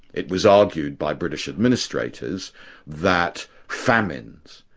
it was argued by british administrators that famines,